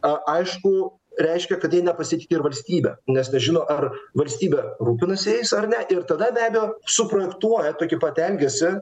a aišku reiškia kad jie nepasitiki ir valstybe nes nežino ar valstybė rūpinasi jais ar ne ir tada be abejo suprojektuoja tokį pat elgesį